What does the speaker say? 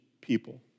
people